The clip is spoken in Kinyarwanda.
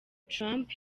trump